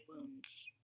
wounds